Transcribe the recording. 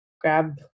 grab